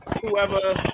whoever